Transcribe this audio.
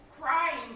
crying